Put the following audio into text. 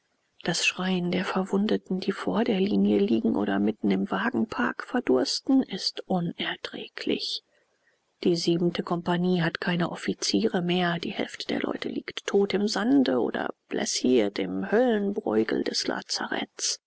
das schreien der verwundeten die vor der linie liegen oder mitten im wagenpark verdursten ist unerträglich die siebente kompagnie hat keine offiziere mehr die hälfte der leute liegt tot im sande oder blessiert im höllenbreughel des lazaretts